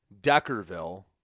Deckerville